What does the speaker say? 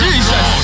Jesus